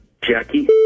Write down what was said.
Jackie